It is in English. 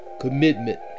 commitment